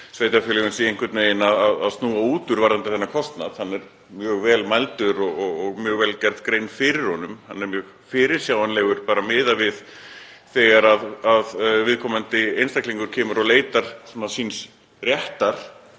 sveitarfélögin séu einhvern veginn að snúa út úr varðandi þennan kostnað. Hann er mjög vel mældur og mjög vel gerð grein fyrir honum. Hann er mjög fyrirsjáanlegur miðað við að þegar viðkomandi einstaklingur kemur og leitar síns réttar